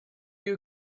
you